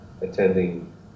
attending